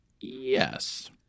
yes